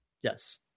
Yes